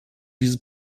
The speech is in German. diese